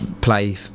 play